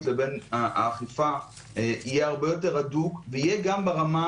לבין האכיפה יהיה הרבה יותר הדוק ויהיה גם ברמה